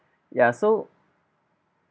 ya so